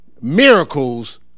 Miracles